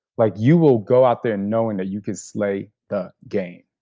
like you will go out there knowing that you can slay the game